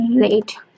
rate